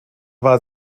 war